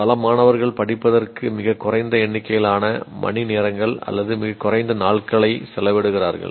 பல மாணவர்கள் படிப்பதற்கு மிகக் குறைந்த எண்ணிக்கையிலான மணிநேரங்கள் அல்லது மிகக் குறைந்த நாட்களை செலவிடுகிறார்கள்